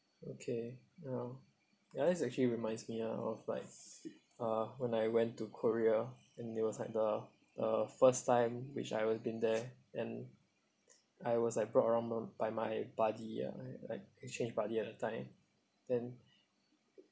okay well ya that's actually reminds me of like uh when I went to korea and that was like the the first time which I haven't been there and I was like brought along m~ by my buddy ah I like exchange buddy at that time then